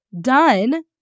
Done